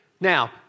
Now